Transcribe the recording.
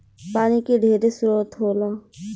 पानी के ढेरे स्रोत होला